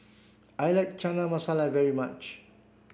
I like Chana Masala very much